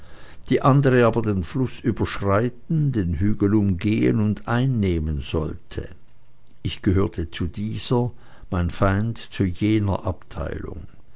die andere aber den fluß überschreiten den hügel umgehen und einnehmen sollte ich gehörte zu dieser mein feind zu jener abteilung